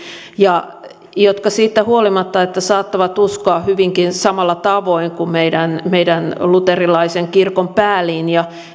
ja jotka siitä huolimatta että saattavat uskoa hyvinkin samalla tavoin kuin meidän meidän luterilaisen kirkon päälinja